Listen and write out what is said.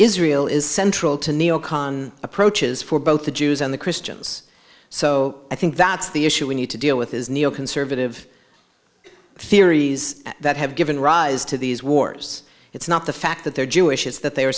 israel is central to new york approaches for both the jews and the christians so i think that's the issue we need to deal with his neo conservative theories that have given rise to these wars it's not the fact that they're jewish it's that they